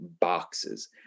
boxes